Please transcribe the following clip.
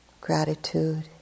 gratitude